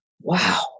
Wow